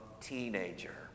teenager